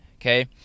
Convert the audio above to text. okay